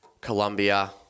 Colombia